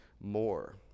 more